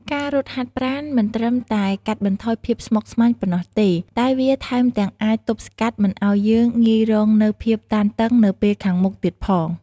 ការរត់ហាតប្រាណមិនត្រឹមតែកាត់បន្ថយភាពស្មុគស្មាញប៉ុណ្ណោះទេ តែវាថែមទាំងអាចទប់ស្កាត់មិនឲ្យយើងងាយរងនូវភាពតានតឹងនៅពេលខាងមុខទៀតផង។